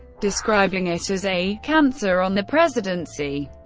describing it as a cancer on the presidency.